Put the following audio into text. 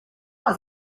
was